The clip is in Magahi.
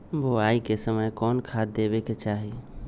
बोआई के समय कौन खाद देवे के चाही?